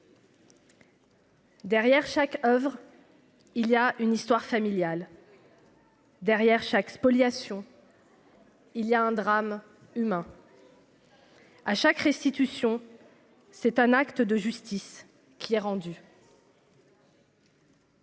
Derrière chaque oeuvre. Il y a une histoire familiale. Derrière chaque spoliation. Il y a un drame humain. À chaque restitution. C'est un acte de justice qui est rendue.